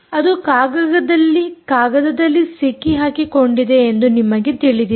ಅದು ಕಾಗದದಲ್ಲಿ ಸಿಕ್ಕಿಹಾಕಿಕೊಂಡಿದೆ ಎಂದು ನಿಮಗೆ ತಿಳಿದಿದೆ